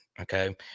Okay